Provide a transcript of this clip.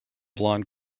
blond